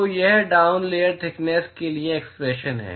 तो यह down layer thickness के लिए एक्सप्रेशन है